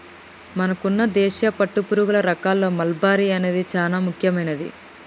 మనకున్న దేశీయ పట్టుపురుగుల రకాల్లో మల్బరీ అనేది చానా ముఖ్యమైనది